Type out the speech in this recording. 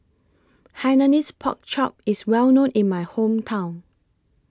Hainanese Pork Chop IS Well known in My Hometown